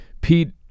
Pete